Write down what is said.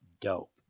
dope